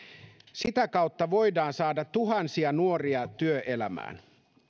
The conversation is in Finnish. sitä kautta voidaan saada tuhansia nuoria työelämään